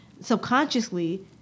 subconsciously